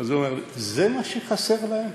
אז הוא אומר: זה מה שחסר להם?